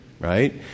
Right